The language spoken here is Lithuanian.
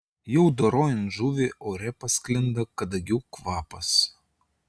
jau dorojant žuvį ore pasklinda kadagių kvapas